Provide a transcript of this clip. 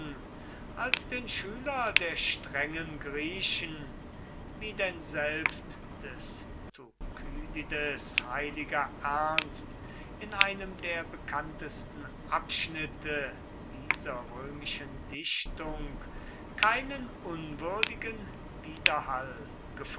als den schüler der strengen griechen wie denn selbst des thukydides heiliger ernst in einem der bekanntesten abschnitte dieser römischen dichtung keinen unwürdigen widerhall